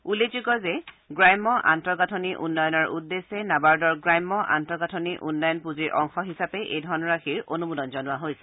উল্লেখযোগ্য যে গ্ৰাম্য আন্তঃগাথনিৰ উন্নয়নৰ উদ্দেশ্যে নাবাৰ্ডৰ গ্ৰাম্য আন্তঃগাথনি উন্নয়ন পুজিৰ অংশ হিচাপে এই ধনৰাশিৰ অনুমোদন জনোৱা হৈছে